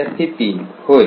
विद्यार्थी 3 होय